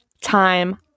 time